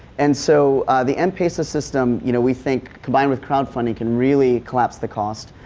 and so, the m-pesa system, you know, we think combined with crowd funding, can really collapse the cost.